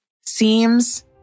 seems